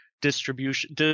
distribution